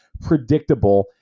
predictable